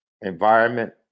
environment